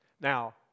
Now